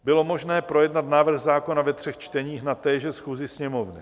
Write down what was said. Bylo možné projednat návrh zákona ve třech čteních na téže schůzi Sněmovny.